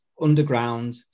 underground